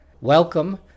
Welcome